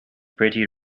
pretty